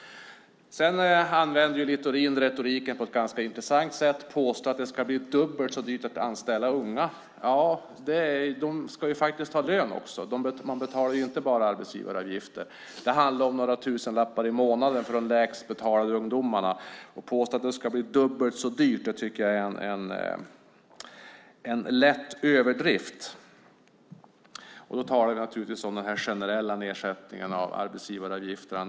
Littorin använder retoriken på ett intressant sätt. Han påstår att det ska bli dubbelt så dyrt att anställa unga. De ska faktiskt ha lön också. Man betalar inte bara arbetsgivaravgifter. Det handlar om några tusenlappar i månaden för de lägst betalda ungdomarna. Att påstå att det ska bli dubbelt så dyrt är en lätt överdrift. Då talar vi naturligtvis om de generella nedsättningarna av arbetsgivaravgifterna.